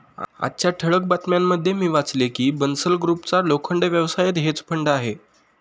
आजच्या ठळक बातम्यांमध्ये मी वाचले की बन्सल ग्रुपचा लोखंड व्यवसायात हेज फंड आहे